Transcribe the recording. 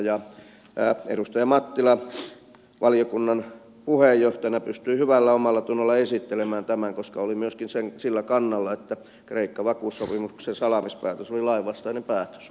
ja edustaja mattila valiokunnan puheenjohtajana pystyy hyvällä omallatunnolla esittelemään tämän koska oli myöskin sillä kannalla että kreikka vakuussopimuksen salaamispäätös oli lainvastainen päätös